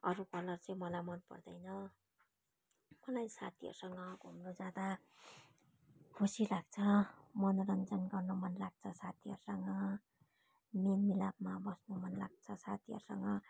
अरू कलर चैँ मलाई मन पर्दैन मलाई साथीहरूसँग घुम्न जाँदा खुसी लाग्छ मनोरञ्जन गर्नु मन लाग्छ साथीहरूसँग मेलमिलापमा बस्नु मन लाग्छ साथीहरूसँग